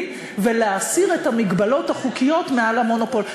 ולהסיר את המגבלות החוקיות מעל המונופול.